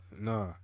Nah